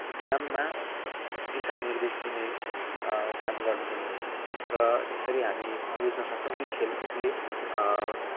काममा दिशा निर्देश दिने काम गर्नु पनि हो र यसरी हामी बुझ्न सक्छौँ कि खेलकुदले